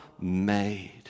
made